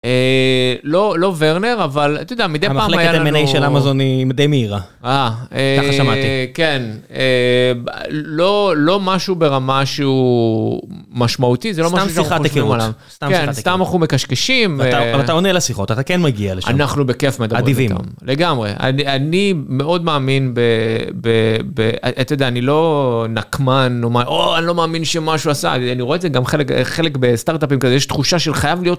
לא לא ורנר אבל אתה יודע מדי פעם המחלקת M&M של אמזון היא די מהירה כן לא לא משהו ברמה שהוא משמעותי. סתם שיחת היכרות זה לא משהו שאתה מכוון מקשקשים אתה עונה לשיחות אתה כן מגיע לזה אנחנו בכיף מדברים לגמרי אדיבים מאוד מאמין אני לא נקמן לא מאמין שמשהו עשה אני רואה את זה גם חלק חלק בסטארטאפים כזה יש תחושה של חייב להיות,